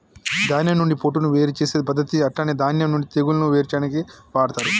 ధాన్యం నుండి పొట్టును వేరు చేసే పద్దతి అట్లనే ధాన్యం నుండి తెగులును వేరు చేయాడానికి వాడతరు